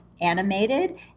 Animated